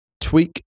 tweak